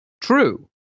true